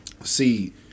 See